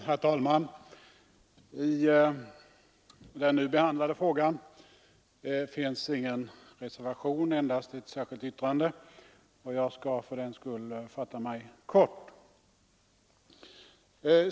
Herr talman! I den här frågan finns ingen reservation utan endast ett särskilt yttrande, och jag skall fördenskull fatta mig kort.